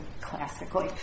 classically